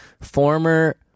Former